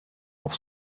pour